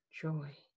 joy